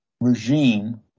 regime